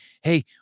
Hey